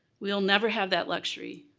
will never have that luxury.